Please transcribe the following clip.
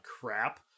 crap